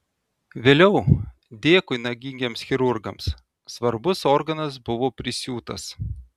vėliau dėkui nagingiems chirurgams svarbus organas buvo prisiūtas